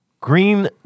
Green